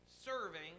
serving